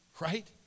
Right